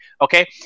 okay